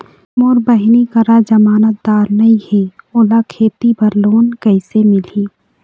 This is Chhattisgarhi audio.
मोर बहिनी करा जमानतदार नई हे, ओला खेती बर लोन कइसे मिलही?